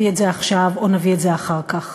את זה עכשיו או נביא את זה אחר כך.